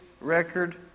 Record